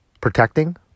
protecting